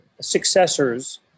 successors